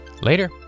Later